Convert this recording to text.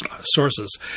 sources